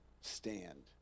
stand